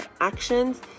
actions